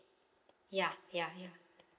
ya ya ya